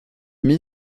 mise